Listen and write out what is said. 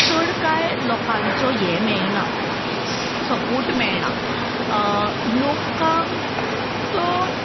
चड कांय लोकांचो हें मेळना सपोर्ट मेळना लोकांक